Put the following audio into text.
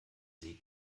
sie